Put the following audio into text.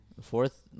fourth